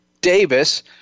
Davis